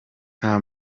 nta